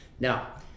Now